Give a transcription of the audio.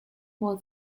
was